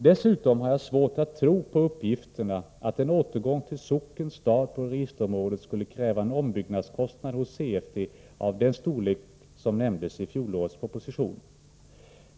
Dessutom har jag svårt att tro på uppgifterna att en återgång till socken/stad på registerområdet skulle kräva en ombyggnadskostnad hos CFD av den storlek som nämndes i fjolårets proposition.